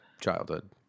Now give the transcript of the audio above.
childhood